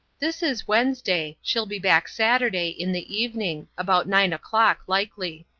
this is wednesday. she'll be back saturday, in the evening about nine o'clock, likely.